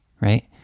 right